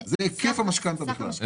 זה היקף המשכנתא בכלל.